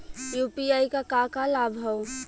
UPI क का का लाभ हव?